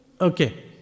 Okay